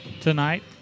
tonight